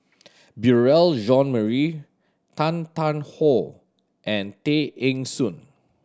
Beurel Jean Marie Tan Tarn How and Tay Eng Soon